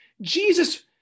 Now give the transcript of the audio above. Jesus